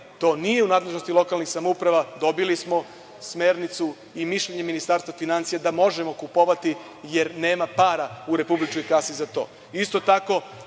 To nije u nadležnosti lokalnih samouprava. Dobili smo smernicu i mišljenje Ministarstva finansija da možemo kupovati, jer nema para u republičkoj kasi za to.